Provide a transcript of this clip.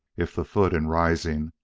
if the foot, in rising,